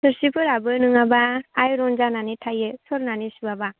थोरसिफोराबो नङाब्ला आयन जानानै थायो सरनानै सुवाब्ला